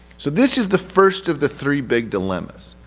so, this is the first of the three big dilemmas.